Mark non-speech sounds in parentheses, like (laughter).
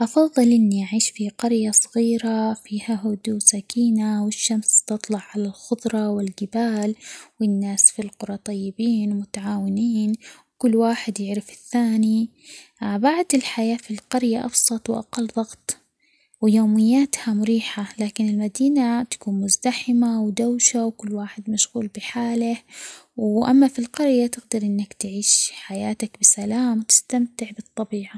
أفظل إني أعيش في قرية صغيرة فيها هدوء ،وسكينة ،والشمس تطلع على الخضرة، والجبال ،والناس في القرى طيبين ،ومتعاونين، وكل واحد يعرف الثاني، (hesitation) بعد الحياة في القرية أبسط ،وأقل ضغط ،ويومياتها مريحة ،لكن المدينة تكون مزدحمة ،ودوشة, وكل واحد مشغول بحاله ،وأما في القرية تقدر إنك تعيش حياتك بسلام، وتستمتع بالطبيعة.